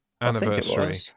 anniversary